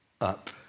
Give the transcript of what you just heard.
up